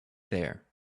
there